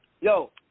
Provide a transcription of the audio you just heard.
Yo